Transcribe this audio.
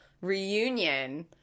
reunion –